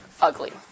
ugly